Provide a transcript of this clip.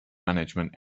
management